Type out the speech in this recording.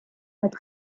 hat